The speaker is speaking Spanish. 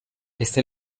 este